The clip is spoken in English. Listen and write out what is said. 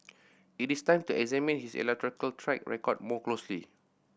it is time to examine his electoral track record more closely